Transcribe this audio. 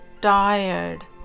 tired